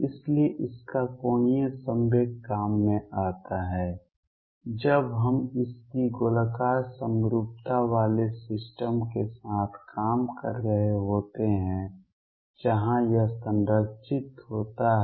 इसलिए इसका कोणीय संवेग काम में आता है जब हम इसकी गोलाकार समरूपता वाले सिस्टम के साथ काम कर रहे होते हैं जहां यह संरक्षित होता है